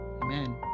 amen